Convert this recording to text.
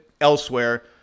elsewhere